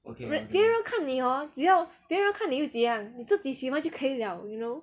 人别人看你只要别人看你又怎样你自己喜欢就可以了 you know